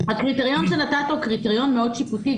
הקריטריון שנתת הוא קריטריון מאוד שיפוטי,